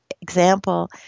example